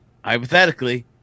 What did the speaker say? hypothetically